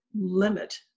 limit